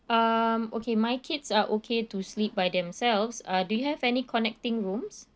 um okay my kids are okay to sleep by themselves uh do you have any connecting rooms